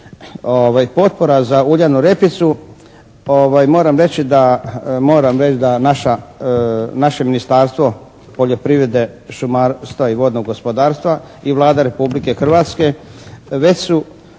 potpora za uljanu repicu moram reći da naše Ministarstvo poljoprivrede, šumarstva i vodnog gospodarstva i Vlada Republike Hrvatske već su